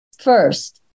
First